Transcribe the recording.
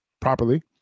properly